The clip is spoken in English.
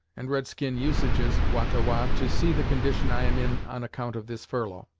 and red-skin usages, wah-ta-wah, to see the condition i am in on account of this furlough,